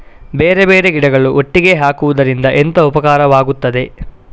ಬೇರೆ ಬೇರೆ ಗಿಡಗಳು ಒಟ್ಟಿಗೆ ಹಾಕುದರಿಂದ ಎಂತ ಉಪಕಾರವಾಗುತ್ತದೆ?